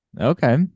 Okay